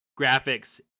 graphics